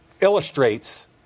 illustrates